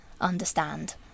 understand